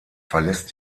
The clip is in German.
verlässt